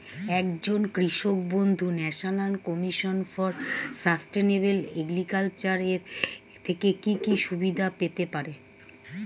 একজন কৃষক বন্ধু National Commission for Sustainable Agriculture এর থেকে কি কি সুবিধা পেতে পারে?